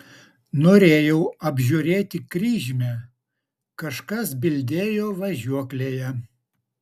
norėjau apžiūrėti kryžmę kažkas bildėjo važiuoklėje